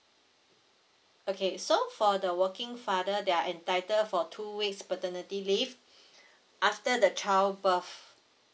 okay so for the working father they are entitled for two weeks paternity leave after the child birth